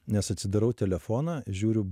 nes atsidarau telefoną žiūriu